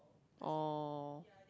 oh